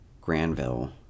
Granville